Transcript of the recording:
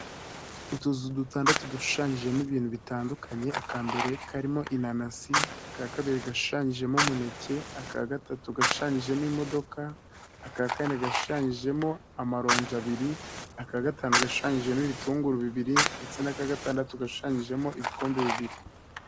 Utuzu dutandatu dushushanyijemo ibintu bitandukanye: aka mbere karimo inanasi, aka kabiri gashushanyijemo umuneke, aka gatatu gashushanyijemo imodoka, aka kane gashushanyijemo amaronji abiri, aka gatanu gashushanyijemo ibitunguru bibiri ndetse n'aka gatandatu gashushanyijemo ibikombe bibiri.